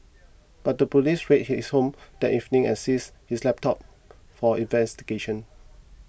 but the police raided his home that evening and seized his laptop for investigation